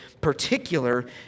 particular